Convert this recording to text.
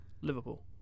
Liverpool